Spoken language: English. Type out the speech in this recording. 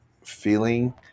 Feeling